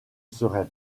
serait